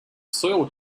soil